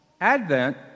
Advent